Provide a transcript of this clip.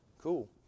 cool